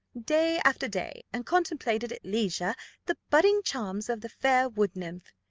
day after day, and contemplated at leisure the budding charms of the fair wood-nymph.